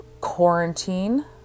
quarantine